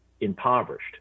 impoverished